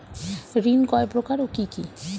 ঋণ কয় প্রকার ও কি কি?